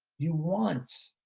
you want,